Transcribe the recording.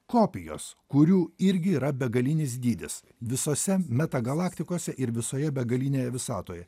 kopijos kurių irgi yra begalinis dydis visose metagalaktikose ir visoje begalinėje visatoje